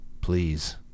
Please